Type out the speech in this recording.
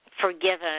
forgiven